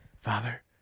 father